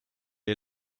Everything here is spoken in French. est